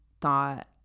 thought